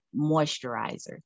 moisturizer